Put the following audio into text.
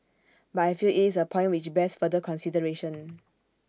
but I feel IT is A point which bears further consideration